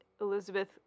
Elizabeth